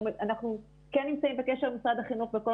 אנחנו כן נמצאים בקשר עם משרד החינוך בכל